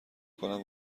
کنم